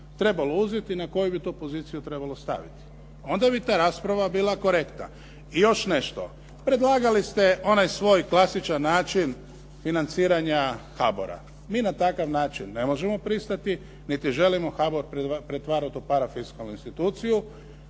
trebalo uzeti i na koju bi to poziciju trebalo staviti. Onda bi ta rasprava bila korektna. I još nešto. Predlagali ste onaj svoj klasičan način financiranja HBOR-a. Mi na takav način ne možemo prihvatiti niti želimo HBOR pretvarati u parafiskalnu instituciju.